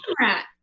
rat